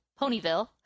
Ponyville